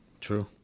True